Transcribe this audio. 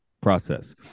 process